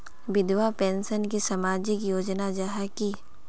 विधवा पेंशन की सामाजिक योजना जाहा की?